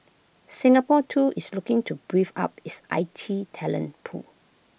Singapore too is looking to brief up its I T talent pool